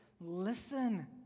listen